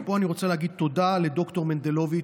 ופה אני רוצה להגיד תודה לד"ר מנדלוביץ',